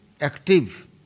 active